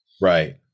Right